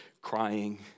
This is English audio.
crying